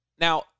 Now